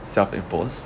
self imposed